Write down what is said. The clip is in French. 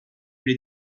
les